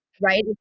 Right